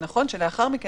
נכון שלאחר מכן,